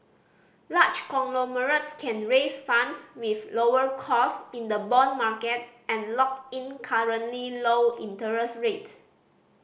large conglomerates can raise funds with lower cost in the bond market and lock in currently low interest rates